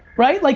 right? like